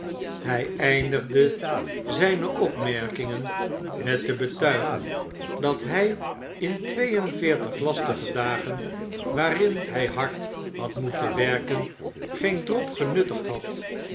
hij eindigde zijne opmerkingen met te betuigen dat hij in twee en veertig lastige dagen waarin hij hard had moeten werken geen drop genuttigd had